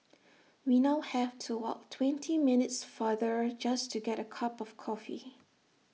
we now have to walk twenty minutes farther just to get A cup of coffee